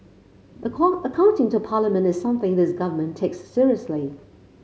accounting to Parliament is something this Government takes seriously